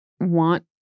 want